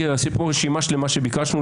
עשיתי פה רשימה שלמה שביקשנו,